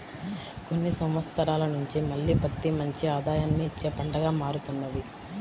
కొన్ని సంవత్సరాల నుంచి మళ్ళీ పత్తి మంచి ఆదాయాన్ని ఇచ్చే పంటగా మారుతున్నది